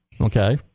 Okay